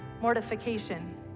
mortification